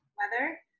Weather